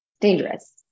dangerous